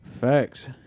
Facts